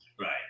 Right